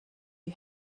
you